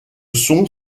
sont